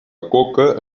coca